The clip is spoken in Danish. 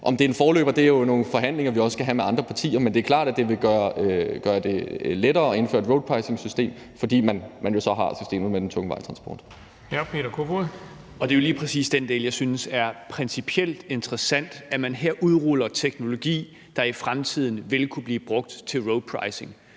om det er en forløber, er det jo nogle forhandlinger, vi også skal have med andre partier. Men det er klart, at det vil gøre det lettere at indføre et roadpricingsystem, fordi man så har systemet med den tunge vejtransport. Kl. 13:47 Den fg. formand (Erling Bonnesen): Hr. Peter Kofod. Kl. 13:47 Peter Kofod (DF): Det er jo lige præcis den del, jeg synes er principielt interessant: at man her udruller teknologi, der i fremtiden vil kunne blive brugt til roadpricing,